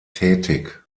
tätig